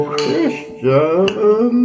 Christian